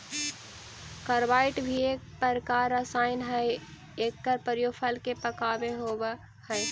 carbide भी एक रसायन हई एकर प्रयोग फल के पकावे होवऽ हई